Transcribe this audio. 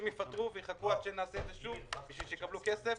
יפטרו ויחכו עד שנעשה את זה שוב בשביל שיקבלו כסף.